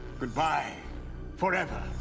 goodbye forever,